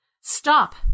Stop